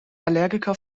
allergiker